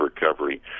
recovery